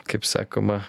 kaip sakoma